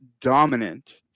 dominant